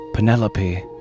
Penelope